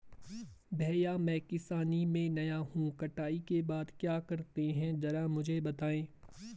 भैया मैं किसानी में नया हूं कटाई के बाद क्या करते हैं जरा मुझे बताएं?